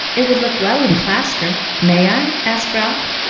it would look well in plaster. may i? asked ralph.